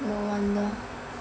no wonder